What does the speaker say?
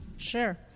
Sure